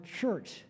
church